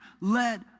let